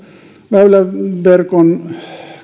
väyläverkon